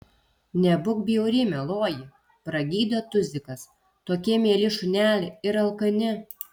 nebūk bjauri mieloji pragydo tuzikas tokie mieli šuneliai ir alkani